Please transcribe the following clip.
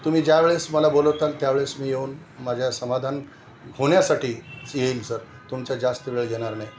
तुम्ही ज्यावेळेस मला बोलवताल त्यावेळेस मी येऊन माझ्या समाधान होण्यासाठी येईल सर तुमच्या जास्त वेळ घेणार नाही